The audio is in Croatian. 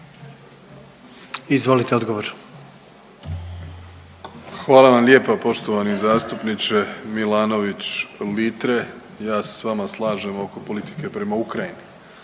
Andrej (HDZ)** Hvala vam lijepa poštovani zastupniče Milanović Litre. Ja se s vama slažem oko politike prema Ukrajini,